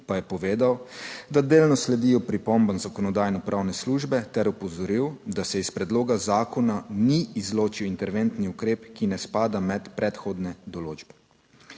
pa je povedal, da delno sledijo pripombam Zakonodajno-pravne službe ter opozoril, da se iz predloga zakona ni izločil interventni ukrep, ki ne spada med prehodne določbe.